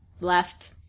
left